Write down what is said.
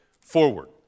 forward